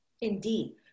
Indeed